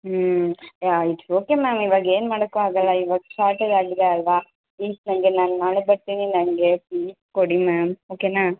ಹ್ಞೂ yeah it's okay ma'am ಇವಾಗ ಏನು ಮಾಡಕ್ಕೂ ಆಗೋಲ್ಲ ಇವಾಗ ಶಾರ್ಟೆಜ್ ಆಗಿದೆ ಅಲ್ವಾ ಪ್ಲೀಸ್ ನನಗೆ ನಾನು ನಾಳೆ ಬರ್ತೀನಿ ನನಗೆ ಪ್ಲೀಸ್ ಕೊಡಿ ಮ್ಯಾಮ್ ಓಕೆನಾ